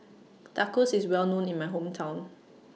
Tacos IS Well known in My Hometown